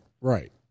right